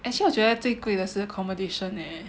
actually 我觉得最贵的是 accommodation eh